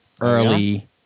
early